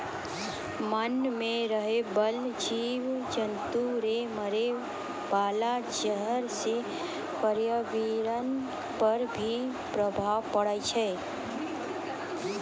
मान मे रहै बाला जिव जन्तु रो मारे वाला जहर से प्रर्यावरण पर भी प्रभाव पड़ै छै